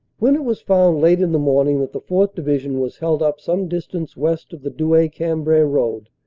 when it was found late in the morning that the fourth. divi sion was held up some distance west of the douai-cambrai road,